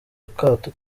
akato